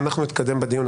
אנחנו נתקדם בדיון.